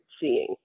seeing